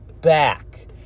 back